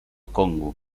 congo